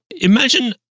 Imagine